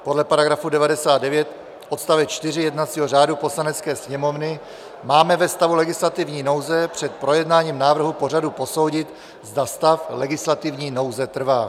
Podle § 99 odst. 4 jednacího řádu Poslanecké sněmovny máme ve stavu legislativní nouze před projednáním návrhu pořadu posoudit, zda stav legislativní nouze trvá.